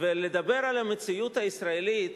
ולדבר על המציאות הישראלית